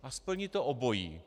A splní to obojí.